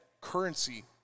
currency